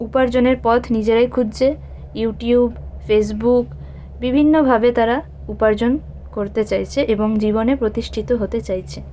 উপার্জনের পথ নিজেরাই খুঁজছে ইউটিউব ফেসবুক বিভিন্নভাবে তারা উপার্জন করতে চাইছে এবং জীবনে প্রতিষ্ঠিত হতে চাইছে